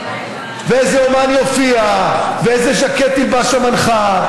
ואיזה אומן יופיע ואיזה ז'קט תלבש המנחה,